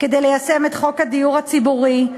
כדי ליישם את חוק הדיור הציבורי.